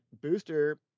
Booster